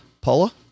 Paula